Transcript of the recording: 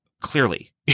clearly